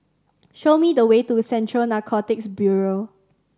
show me the way to Central Narcotics Bureau